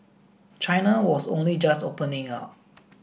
china was only just opening up